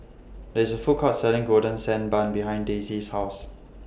There IS A Food Court Selling Golden Sand Bun behind Daisy's House